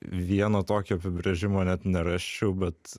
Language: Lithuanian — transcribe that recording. vieno tokio apibrėžimo net nerasčiau bet